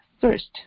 first